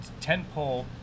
tentpole